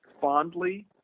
fondly